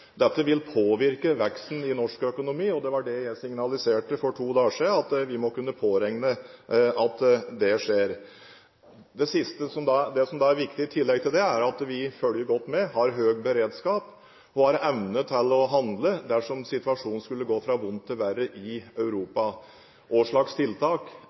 Dette vil påvirke veksten i norsk økonomi, og det jeg signaliserte for to dager siden, var at vi må kunne påregne at det skjer. Det som da er viktig i tillegg til det, er at vi følger godt med, har høy beredskap og evne til å handle dersom situasjonen i Europa skulle gå fra vondt til verre. Hva slags tiltak,